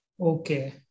Okay